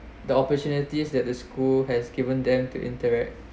the opportunities that the school has given them to interact